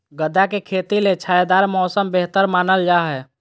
गदा के खेती ले छायादार मौसम बेहतर मानल जा हय